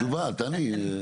תעני.